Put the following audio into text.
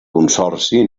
consorci